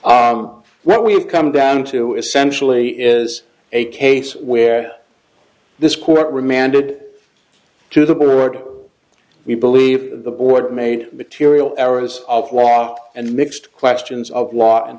that we have come down to essentially is a case where this court remanded to the road we believe the board made material areas of law and mixed questions of law in